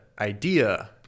idea